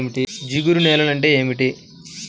జిగురు నేలలు అంటే ఏమిటీ?